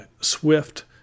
swift